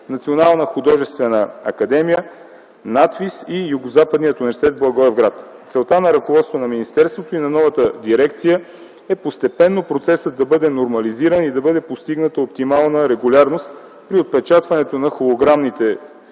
Национална художествена академия, НАТФИЗ и Югозападния университет в Благоевград. Целта на ръководството на министерството и на новата дирекция е постепенно процесът да бъде нормализиран и да бъде постигната оптимална регулярност при отпечатването на холограмните стикери за